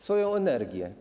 Swoją energię?